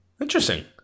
interesting